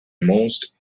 most